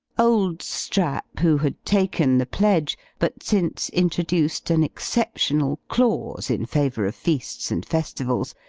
old strap, who had taken the pledge, but since introduced an exceptional clause in favour of feasts and festivals,